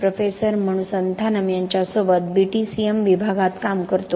professor Manu Santhanam यांच्यासोबत BTCM विभागात काम करतो